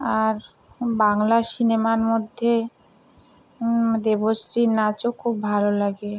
আর বাংলা সিনেমার মধ্যে দেবশ্রীর নাচও খুব ভালো লাগে